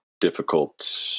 difficult